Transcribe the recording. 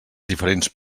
diferents